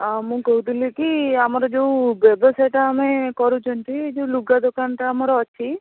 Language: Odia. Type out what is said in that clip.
ମୁଁ କହୁଥିଲି କି ଆମର ଯେଉଁ ବ୍ୟବସାୟଟା ଆମେ କରୁଛନ୍ତି ଏ ଯେଉଁ ଲୁଗା ଦୋକାନଟା ଆମର ଅଛି